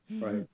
Right